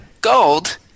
gold